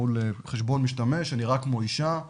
מול חשבון משתמש שנראה כמו אישה,